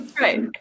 right